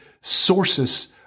sources